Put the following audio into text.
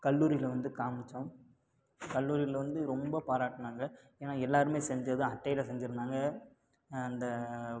கல்லூரியில வந்து காமித்தோம் கல்லூரியில வந்து ரொம்ப பாராட்டினாங்க ஏன்னா எல்லாருமே செஞ்சது அட்டையில் செஞ்சிருந்தாங்க அந்த